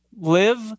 live